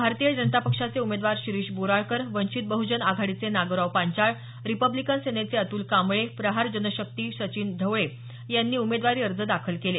भारतीय जनता पक्षाचे उमेदवार शिरीष बोराळकर वंचित बह्जन आघाडीचे नागोराव पांचाळ रिपब्लिकन सेनेचे अतुल कांबळे प्रहार जनशक्तीचे सचिन ढवळे यांनी उमेदवारी अर्ज दाखल केले